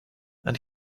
and